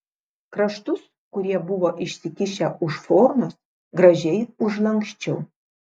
kraštus kurie buvo išsikišę už formos gražiai užlanksčiau